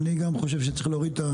אני גם חושב שצריך להוריד.